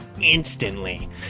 instantly